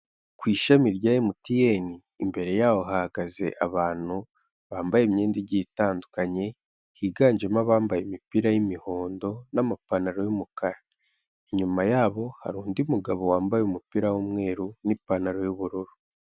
Ku ishami rya MTN imbere yaho hahagaze abantu bambaye imyenda igiye itandukanye higanjemo abambaye imipira y'imihondo n'amapantaro y'umukara, inyuma yabo hari undi mugabo wambaye umupira w'umweru n'ipantaro y'ubururu.